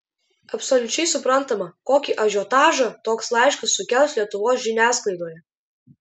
absoliučiai suprantama kokį ažiotažą toks laiškas sukels lietuvos žiniasklaidoje